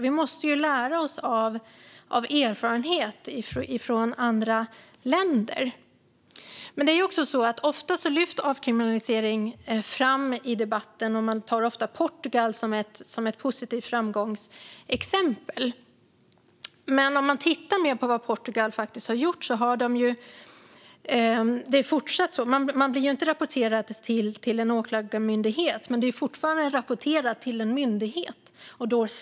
Vi måste också lära oss av erfarenheter i andra länder. Ofta lyfts avkriminalisering fram i debatten, och man tar ofta upp Portugal som ett positivt exempel som har haft framgång. I Portugal blir man visserligen inte rapporterad till en åklagarmyndighet, men man blir fortfarande rapporterad till en myndighet.